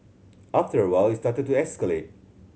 after a while it started to escalate